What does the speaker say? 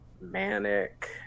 manic